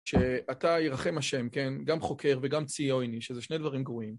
שאתה ירחם השם, כן? גם חוקר וגם ציוני, שזה שני דברים גרועים.